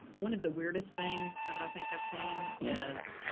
one of the weirdest things that i think i've seen is,